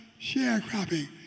sharecropping